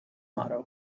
motto